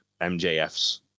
MJF's